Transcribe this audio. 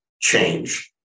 change